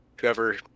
whoever